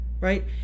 right